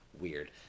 weird